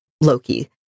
Loki